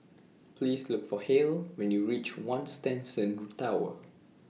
Please Look For Hale when YOU REACH one Shenton Tower